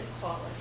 quality